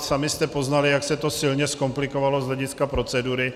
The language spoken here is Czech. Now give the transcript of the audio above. Sami jste poznali, jak se to silně zkomplikovalo z hlediska procedury.